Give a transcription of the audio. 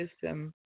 system